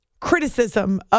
criticism